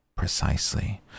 precisely